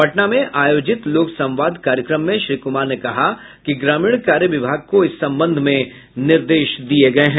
पटना में आयोजित लोक संवाद कार्यक्रम में श्री कुमार ने कहा कि ग्रामीण कार्य विभाग को इस संबंध में निर्देश दिया गया है